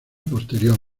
posterior